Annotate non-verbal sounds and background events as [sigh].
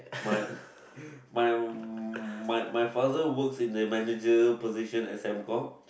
my [laughs] my my my father works in the manager position at Sembcorp